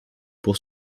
pour